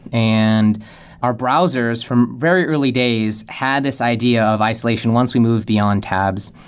and our browsers from very early days, had this idea of isolation once we move beyond tabs.